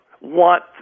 want